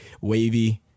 Wavy